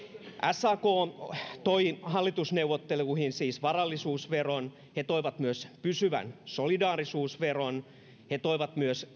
sak toi hallitusneuvotteluihin siis varallisuusveron he toivat myös pysyvän solidaarisuusveron he toivat myös